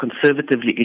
conservatively